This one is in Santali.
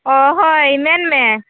ᱚ ᱦᱳᱭ ᱢᱮᱱᱢᱮ